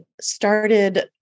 started